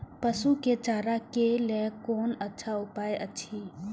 पशु के चारा के लेल कोन अच्छा उपाय अछि?